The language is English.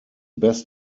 best